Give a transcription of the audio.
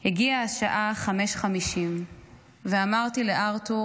הגיעה השעה 5:50 ואמרתי לארתור: